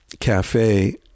cafe